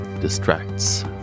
distracts